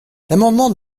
l’amendement